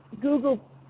Google